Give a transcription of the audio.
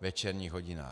večerních hodinách?